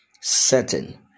setting